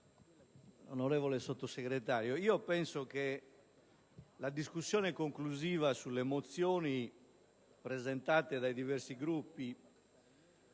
signor Sottosegretario, penso che la discussione conclusiva sulle mozioni presentate dai diversi Gruppi